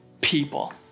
people